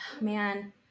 man